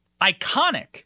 iconic